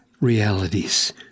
realities